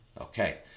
Okay